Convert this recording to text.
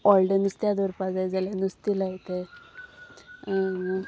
व्हडलें नुस्त्या दवरपा जाय जाल्यार नुस्तें लायत